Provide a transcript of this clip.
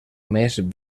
més